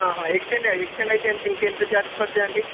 extend extend అయితే ఎంత్ ఇంకా ఎంత చార్జెస్ పడతాయి ఆంటీ